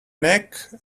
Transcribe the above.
neck